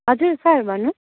हजुर सर भन्नुहोस्